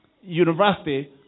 university